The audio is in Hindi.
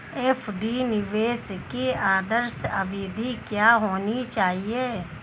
एफ.डी निवेश की आदर्श अवधि क्या होनी चाहिए?